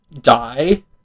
die